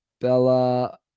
Bella